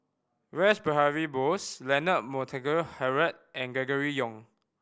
Rash Behari Bose Leonard Montague Harrod and Gregory Yong